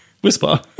Whisper